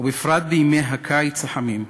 ובפרט בימי הקיץ החמים,